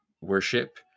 worship